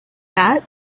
that